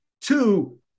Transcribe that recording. Two